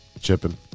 Chipping